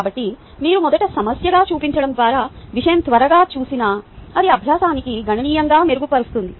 కాబట్టి మీరు మొదట సమస్యగా చూపించడం ద్వారా విషయం త్వరగా చూసినా ఇది అభ్యాసాన్ని గణనీయంగా మెరుగుపరుస్తుంది